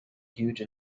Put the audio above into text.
huge